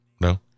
no